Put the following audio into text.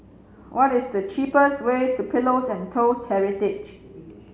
what is the cheapest way to Pillows and Toast Heritage